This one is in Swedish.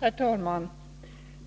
Herr talman!